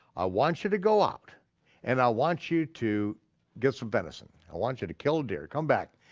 i want you to go out and i want you to get some venison, i want you to kill a deer, come back,